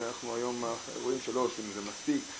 היום רואים שלא עושים את זה מספיק,